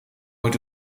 moet